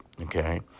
okay